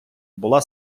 була